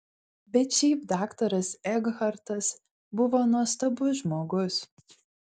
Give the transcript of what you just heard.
bet šiaip daktaras ekhartas buvo nuostabus žmogus